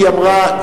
היא אמרה,